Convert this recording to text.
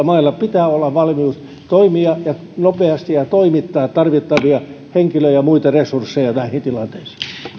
mailla pitää olla valmius toimia nopeasti ja toimittaa tarvittavia henkilö ja muita resursseja näihin tilanteisiin